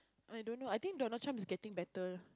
I don't know I think Donald-Trump is getting better